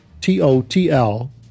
t-o-t-l